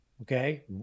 Okay